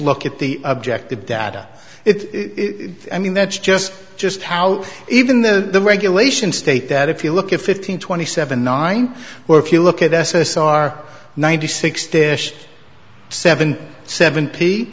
look at the objective data it i mean that's just just how even though the regulations state that if you look at fifteen twenty seven nine or if you look at s s r ninety six dish seven seven p